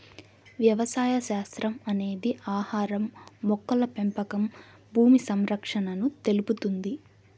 వ్యవసాయ శాస్త్రం అనేది ఆహారం, మొక్కల పెంపకం భూమి సంరక్షణను తెలుపుతుంది